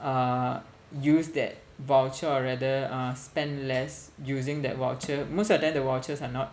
uh use that voucher or rather uh spend less using that voucher most of the time the vouchers are not